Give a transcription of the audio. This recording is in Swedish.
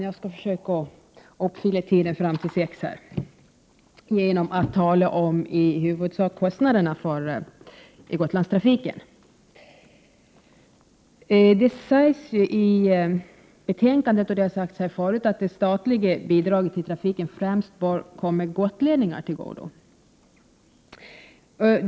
Herr talman! Jag skall i huvudsak tala om kostnaderna för Gotlandstrafiken. Det sägs i betänkandet, och har sagts här tidigare, att det statliga bidraget till trafiken främst bör komma gotlänningar till godo.